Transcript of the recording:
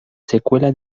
secuela